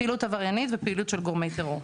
פעילות עבריינית ופעילות של גורמי טרור.